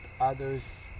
others